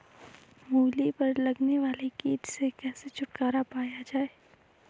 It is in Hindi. मूली पर लगने वाले कीट से कैसे छुटकारा पाया जाये?